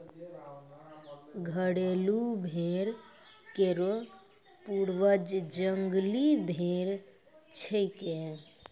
घरेलू भेड़ केरो पूर्वज जंगली भेड़ छिकै